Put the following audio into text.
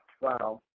Wow